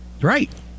Right